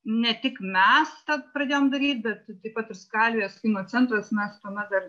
ne tik mes tą pradėjom daryt bet taip pat ir skalvijos kino centras mes tuomet dar